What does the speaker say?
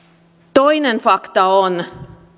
toinen fakta on